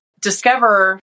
discover